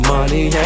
Money